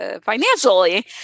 financially